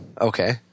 Okay